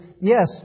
yes